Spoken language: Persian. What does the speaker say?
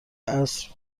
عصر